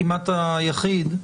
כמעט היחיד,